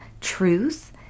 truth